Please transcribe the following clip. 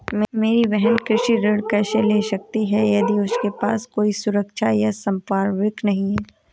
मेरी बहिन कृषि ऋण कैसे ले सकती है यदि उसके पास कोई सुरक्षा या संपार्श्विक नहीं है?